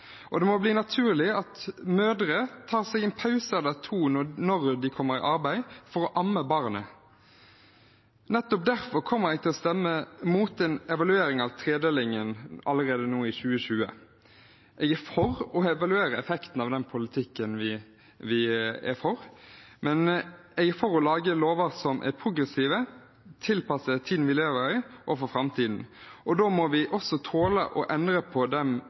Og det må bli naturlig at mødre tar seg en pause eller to når de kommer i arbeid, for å amme barnet. Nettopp derfor kommer jeg til å stemme mot en evaluering av tredelingen allerede i 2020. Jeg er for å evaluere effektene av politikken vi er for, men jeg er for å lage lover som er progressive, tilpasset tiden vi lever i, og framtiden. Da må vi også tåle å endre på dem